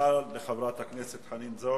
תודה לחברת הכנסת זועבי.